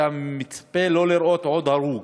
אתה מצפה שלא לראות עוד הרוג,